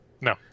No